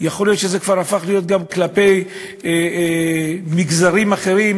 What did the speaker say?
יכול להיות שזה כבר הפך להיות גם כלפי מגזרים אחרים,